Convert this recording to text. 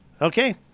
Okay